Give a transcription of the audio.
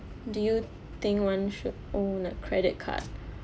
do you think one should own a credit card